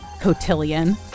cotillion